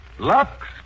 Lux